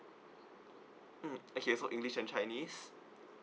mm okay so english and chinese